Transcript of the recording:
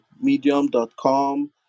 medium.com